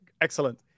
Excellent